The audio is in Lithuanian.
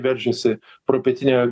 veržiasi pro pietinę